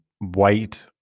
white